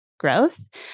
Growth